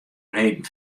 reden